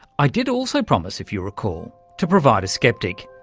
i did also promise, if you recall, to provide a sceptic,